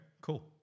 cool